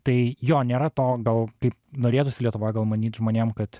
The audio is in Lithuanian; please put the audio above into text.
tai jo nėra to gal kaip norėtųsi lietuvoj gal manyt žmonėm kad